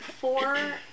four